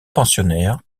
pensionnaire